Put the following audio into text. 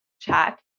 check